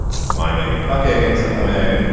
miming fucking in some way,